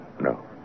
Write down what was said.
No